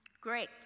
Great